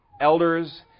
elders